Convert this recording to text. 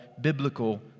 biblical